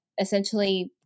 essentially